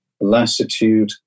lassitude